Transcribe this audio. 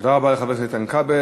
תודה רבה לחבר הכנסת איתן כבל.